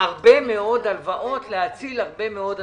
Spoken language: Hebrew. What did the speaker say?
הרבה מאוד הלוואות ולהציל הרבה מאוד אנשים.